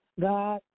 God